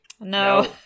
No